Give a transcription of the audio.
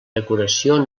decoració